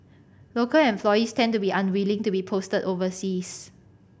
local employees tend to be unwilling to be posted overseas